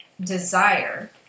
desire